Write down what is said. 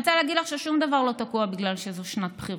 שום דבר לא תקוע בגלל שזאת שנת בחירות.